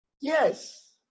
Yes